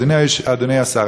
אדוני השר,